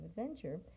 Adventure